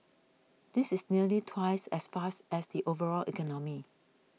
this is nearly twice as fast as the overall economy